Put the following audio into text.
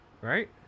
right